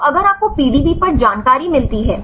तो अगर आपको पीडीबी पर जानकारी मिलती है